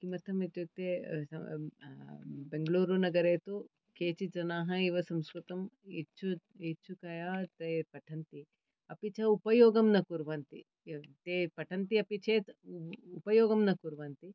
किमर्थम् इत्युक्ते बेङ्गलूरुनगरे तु केचित् जनाः एव संस्कृतम् इच्छया ते पठन्ति अपि च उपयोगं न कुर्वन्ति ते पठन्ति अपि चेत् उपयोगं न कुर्वन्ति